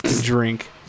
drink